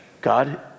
God